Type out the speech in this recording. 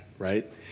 right